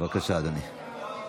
בבקשה, אדוני.